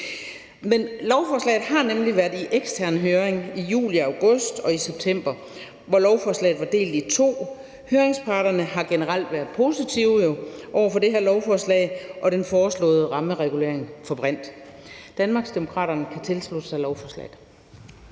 idé. Lovforslaget har nemlig været i ekstern høring i juli og august og i september, hvor lovforslaget var delt i to, og høringsparterne har jo generelt været positive over for det her lovforslag og den foreslåede rammeregulering for brint. Danmarksdemokraterne kan tilslutte sig lovforslaget.